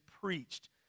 preached